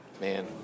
Man